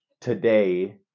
today